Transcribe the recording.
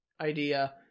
idea